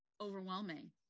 overwhelming